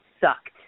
sucked